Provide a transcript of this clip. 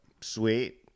Sweet